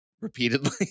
repeatedly